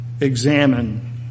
examine